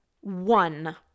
one